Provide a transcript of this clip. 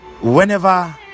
whenever